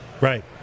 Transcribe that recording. right